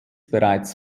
bereits